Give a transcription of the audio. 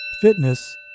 fitness